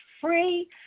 free